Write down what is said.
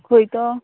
खंय तो